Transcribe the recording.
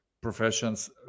professions